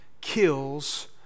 kills